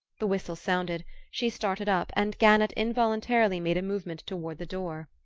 the whistle sounded she started up, and gannett involuntarily made a movement toward the door.